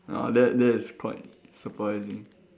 ah that that is quite surprising